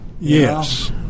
yes